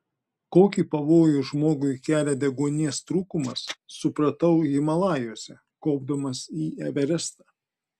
kokį pavojų žmogui kelia deguonies trūkumas supratau himalajuose kopdamas į everestą